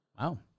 Wow